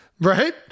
Right